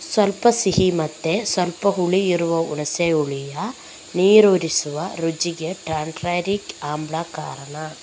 ಸ್ವಲ್ಪ ಸಿಹಿ ಮತ್ತೆ ಸ್ವಲ್ಪ ಹುಳಿ ಇರುವ ಹುಣಸೆ ಹುಳಿಯ ನೀರೂರಿಸುವ ರುಚಿಗೆ ಟಾರ್ಟಾರಿಕ್ ಆಮ್ಲ ಕಾರಣ